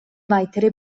weitere